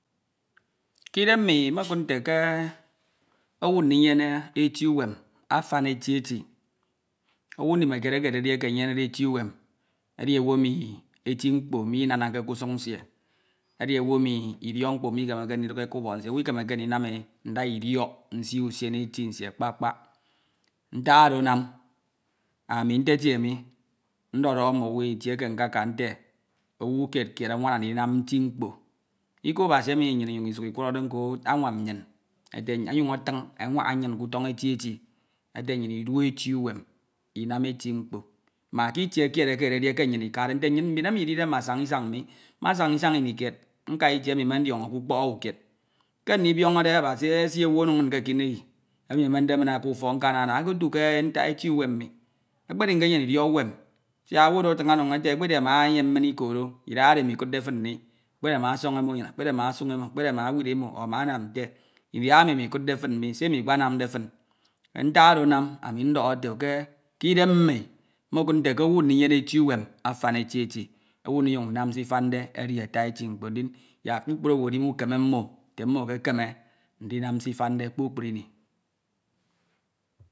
. ke idenm mmi mmekud nte ke owu ndiniyene eti uwem ayam eti eti, owu ndimekied eke ededi eke enyenede eti uwam edi owu emi eti mkpo minanske ke usun̄ nsie. echi owu emi idiok mkpo mikeneke ndiduk eku ubọk nsie, ikemennnke ndida idiọk nsi usiene eti nsie kpakakpak. Ntok oro anam ami ntetie mi ndodoho mme owu utie eke nkaka nte owu kied kied anwans ndinsm nti mkpo. Ikworode nko arusam nnyan, ọnyuin̄ aton enwan̄a nnyin ke uton̄ eti eti, ete nnyin idu eti uwem, inam eti mkpo ma ke kied eke ededi eke nnyin ikade nte nnyin mbin emi idide mme asan̄a isan mi mmesann̄a isan inikie nka itie emi me ndiọn̄ọke ukpok owu kied, ke ndibiọn̄ọ Abasi esii owu ono min ke ekineyi emi emende min aka ufọk nte nana eketu ntak eti uwem mi, ekpechi nkenyene idiọk uwem siak owu oro atin oro min ete ekpedi ama eyem min ikodo, idahaoro imo ikudde fin mi ekpedi ana osọn̄ọ imo ạnuyin ekpedi ama ewid imo ọ arua anam nte, idahado imo ikudde fin mi se imo ikenam fin, ntak oro anam ami ndoho etero ke idem mmi. Mmekudnte ke owu ndinyen eti uwam afam eti eti owu ndinyun nnam se ifandeefi ata eti mkpo ndin yak kpukpru owu edime ukeme mmo nte mmo ekekeme ndinam se itande kpukpru imi.